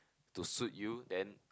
to suit you then